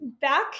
Back